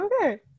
Okay